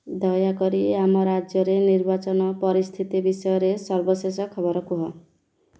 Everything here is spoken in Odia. ଦୟାକରି ଆମ ରାଜ୍ୟରେ ନିର୍ବାଚନ ପରିସ୍ଥିତି ବିଷୟରେ ସର୍ବଶେଷ ଖବର କୁହ